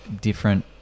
different